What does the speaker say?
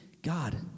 God